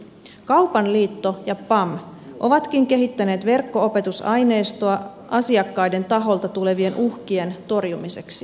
kaupan liitto ja pam ovatkin kehittäneet verkko opetusaineistoa asiakkaiden taholta tulevien uhkien torjumiseksi